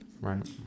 Right